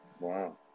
Wow